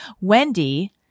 Wendy